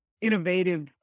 innovative